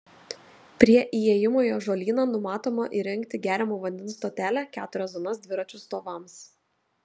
prie įėjimo į ažuolyną numatoma įrengti geriamo vandens stotelę keturias zonas dviračių stovams